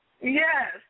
yes